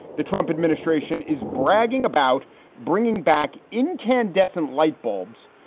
the trump administration is bragging about bringing back incandescent light bulbs,